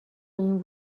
این